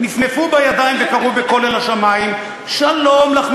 נפנפו בידיים וקראו בקול אל השמים: שלום לך,